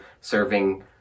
serving